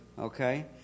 Okay